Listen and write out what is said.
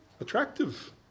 Attractive